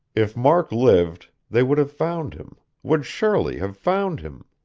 if mark lived, they would have found him, would surely have found him.